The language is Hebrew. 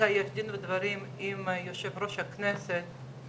ואלה בדיוק היעדים שמציבה תוכנית האסטרטגית לתחבורה,